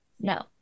no